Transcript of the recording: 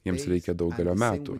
jiems reikia daugelio metų